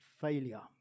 failure